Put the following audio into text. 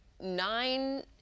nine